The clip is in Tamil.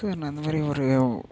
சார் நான் இந்த மாதிரி ஒரு